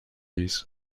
ließ